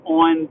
on